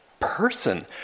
person